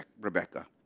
Rebecca